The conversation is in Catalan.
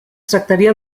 tractaria